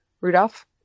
Rudolph